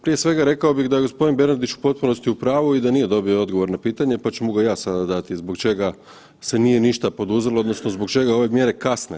Prije svega rekao bih da je gospodin Bernardić u potpunosti u pravu i da nije dobio odgovor na pitanje, pa ću mu ga ja sada dati zbog čega se nije ništa poduzelo odnosno zbog čega ove mjere kasne.